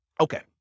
okay